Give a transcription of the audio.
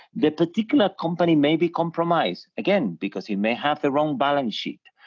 the particular company may be compromised, again, because you may have the wrong balance sheet,